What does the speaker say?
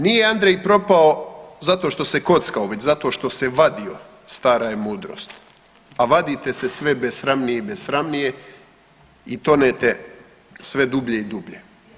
Nije Andrej propao zato što se kockao već zato što se vadio stara je mudrost, a vadite se sve besramnije i besramnije i tonete sve dublje i dublje.